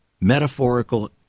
metaphorical